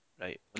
Right